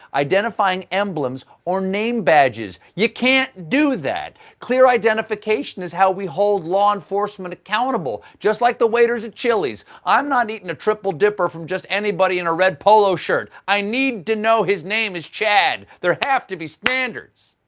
identifying emblems, or name badges. you can't do that! clear identification is how we hold law enforcement accountable! just like the waiters at chili's. i'm not eatin' a triple dipper from just anybody in a red polo shirt. i need to be his name is chad! there have to be standards.